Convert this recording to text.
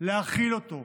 להכיל אותו,